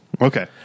okay